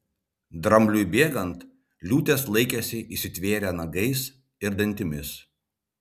drambliui bėgant liūtės laikėsi įsitvėrę nagais ir dantimis